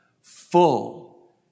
full